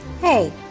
Hey